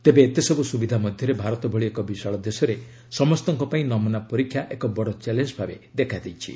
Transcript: ତେବେ ଏତେସବୁ ସୁବିଧା ମଧ୍ୟରେ ଭାରତ ଭଳି ଏକ ବିଶାଳ ଦେଶରେ ସମସ୍ତଙ୍କ ପାଇଁ ନମୁନା ପରୀକ୍ଷା ଏକ ବଡ଼ ଚ୍ୟାଲେଞ୍ଜ ଭାବେ ଦେଖାଦେଇଛି